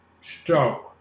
stroke